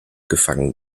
gefangen